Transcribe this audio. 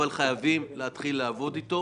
אבל חייבים להתחיל לעבוד איתה.